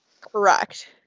Correct